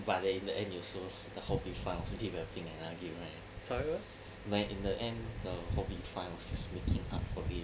but in the end you also hope you found still developing another game right when in the end the is making up for it